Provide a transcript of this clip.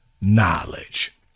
knowledge